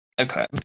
okay